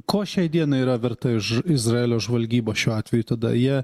ko šiai dienai yra verta iš izraelio žvalgyba šiuo atveju tada jie